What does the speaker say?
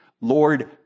Lord